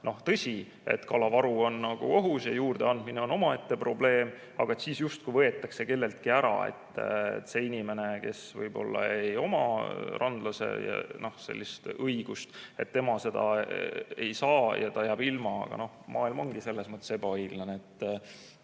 Tõsi, kalavaru on ohus ja juurdeandmine on omaette probleem, aga siis justkui võetakse kelleltki ära – see inimene, kes võib-olla ei oma randlase õigust, seda ei saa ja ta jääb ilma. Aga noh, maailm ongi selles mõttes ebaõiglane, et